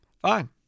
fine